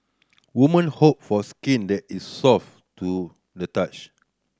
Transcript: women hope for skin that is soft to the touch